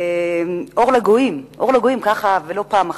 אור לגויים, ככה, ולא פעם אחת.